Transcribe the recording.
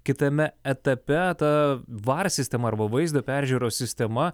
kitame etape ta var sistema arba vaizdo peržiūros sistema